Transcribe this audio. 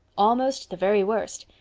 almost the very worst.